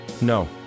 No